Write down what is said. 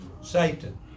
Satan